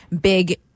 big